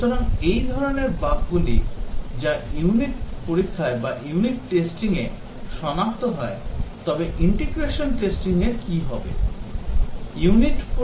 সুতরাং এই ধরণের বাগগুলি যা ইউনিট পরীক্ষায় সনাক্ত হয় তবে ইন্টিগ্রেশন টেস্টিংয়ের কী হবে